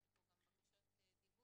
יש פה גם בקשות דיבור.